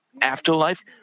afterlife